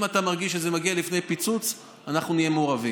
אם אתה מרגיש שזה לפני פיצוץ, אנחנו נהיה מעורבים.